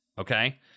okay